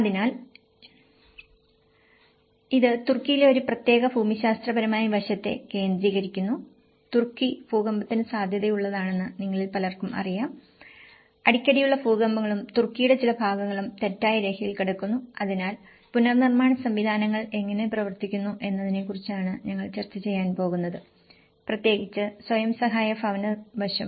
അതിനാൽ ഇത് തുർക്കിയിലെ ഒരു പ്രത്യേക ഭൂമിശാസ്ത്രപരമായ വശത്തെ കേന്ദ്രീകരിക്കുന്നു തുർക്കി ഭൂകമ്പത്തിന് സാധ്യതയുള്ളതാണെന്ന് നിങ്ങളിൽ പലർക്കും അറിയാം അടിക്കടിയുള്ള ഭൂകമ്പങ്ങളും തുർക്കിയുടെ ചില ഭാഗങ്ങളും തെറ്റായ രേഖയിൽ കിടക്കുന്നു അതിനാൽ പുനർനിർമ്മാണ സംവിധാനങ്ങൾ എങ്ങനെ പ്രവർത്തിക്കുന്നു എന്നതിനെക്കുറിച്ചാണ് ഞങ്ങൾ ചർച്ച ചെയ്യാൻ പോകുന്നത് പ്രത്യേകിച്ച് സ്വയം സഹായ ഭവന വശം